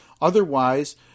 Otherwise